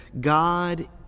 God